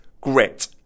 grit